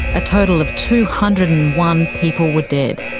a total of two hundred and one people were dead.